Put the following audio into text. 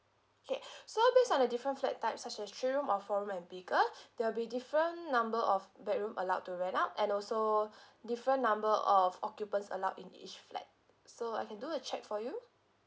okay so based on the different flat type such as three room or four room and bigger there'll be different number of bedroom allowed to rent out and also different number of occupants allowed in each flat so I can do a check for you